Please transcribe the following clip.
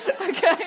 Okay